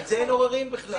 על זה אין עוררין בכלל.